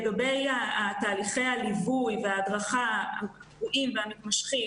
לגבי תהליכי הליווי וההדרכה הקבועים והמתמשכים